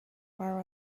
far